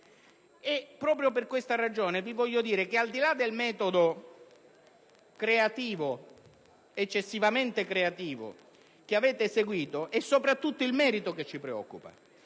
Proprio per questa ragione, vorrei farvi presente che, al di là del metodo eccessivamente creativo che avete seguito, è soprattutto il merito che ci preoccupa,